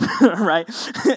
right